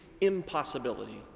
impossibility